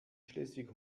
schleswig